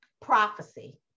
prophecy